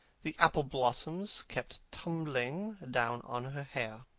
the apple-blossoms kept tumbling down on her hair,